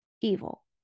evil